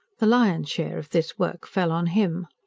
the lion's share of this work fell on him.